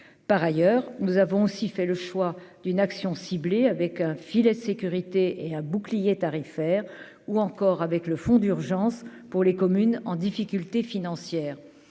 par ailleurs, nous avons aussi fait le choix d'une action ciblée avec un filet de sécurité et un bouclier tarifaire ou encore avec le fonds d'urgence pour les communes en difficulté financière,